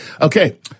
Okay